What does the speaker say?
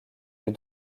les